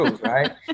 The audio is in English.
right